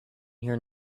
here